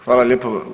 Hvala lijepo.